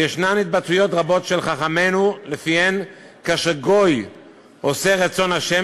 ויש התבטאויות רבות של חכמינו שלפיהן כאשר גוי עושה רצון ה',